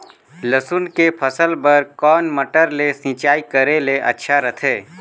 लसुन के फसल बार कोन मोटर ले सिंचाई करे ले अच्छा रथे?